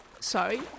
sorry